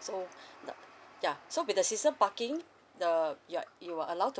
so now ya so with the season parking uh you're you are allowed to